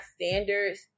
standards